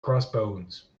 crossbones